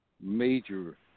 major